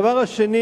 הדבר השני